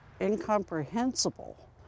incomprehensible